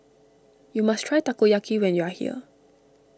you must try Takoyaki when you are here